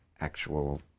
actual